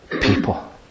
people